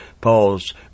Paul's